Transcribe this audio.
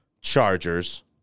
Chargers